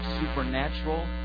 supernatural